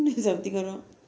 something வரும்:varum